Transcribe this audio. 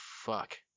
fuck